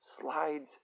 slides